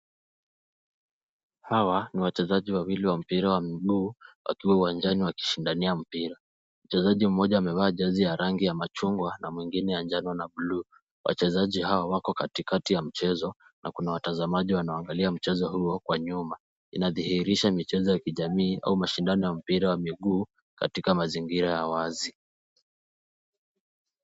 Hawa ni wachezaji wawili wa mpira wa mguu, wakiwa uwanjani wakishindania mpira. Mchezaji mmoja ameva jezi ya rangi ya machungwa na mwingine ya njano na bluu. Wachezaji hao wako katikati ya mchezo, na kuna watazamaji wanaoangalia mchezo huo kwa nyuma. Inadhihirisha michezo ya kijamii au mashindano ya mpira wa miguu katika mazingira ya wazi.